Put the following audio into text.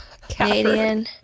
Canadian